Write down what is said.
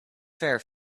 fair